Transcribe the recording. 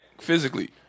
physically